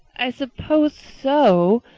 i suppose so,